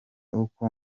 uko